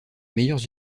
meilleures